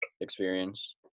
experience